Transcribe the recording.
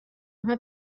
آنها